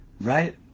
right